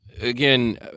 again